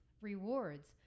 rewards